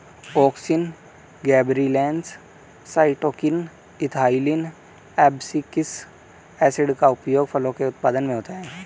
auxin, gibberellins, cytokinin, ethylene, abscisic acid का उपयोग फलों के उत्पादन में होता है